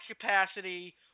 capacity